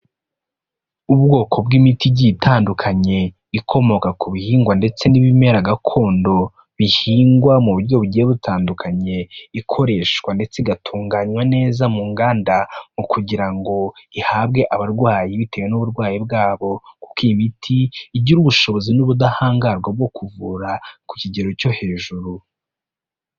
Ubwoko bw'imiti igiye itandukanye ikomoka ku bihingwa ndetse n'ibimera gakondo bihingwa mu buryo bugiye butandukanye ikoreshwa ndetse igatunganywa neza mu nganda, mukugira ngo ihabwe abarwayi bitewe n'uburwayi bwabo kuko iyi miti igira ubushobozi n'ubudahangarwa bwo kuvura ku kigero cyo hejuru.